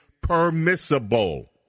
permissible